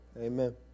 Amen